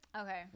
Okay